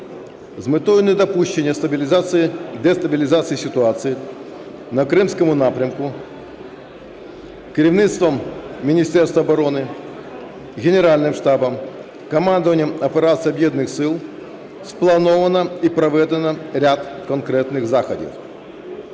З метою недопущення дестабілізації ситуації на кримському напрямку керівництвом Міністерства оборони, Генеральним штабом, командуванням операції Об'єднаних сил сплановано і проведено ряд конкретних заходів.